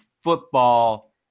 football